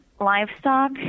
livestock